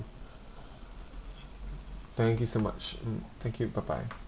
thank you so much mm thank you bye bye